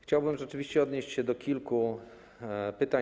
Chciałbym rzeczywiście odnieść się do kilku pytań.